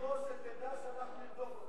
שתדע שאנחנו נרדוף אותה.